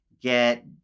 get